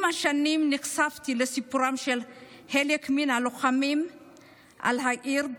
עם השנים נחשפתי לסיפורם של חלק מן הלוחמים על העיר,